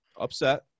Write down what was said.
upset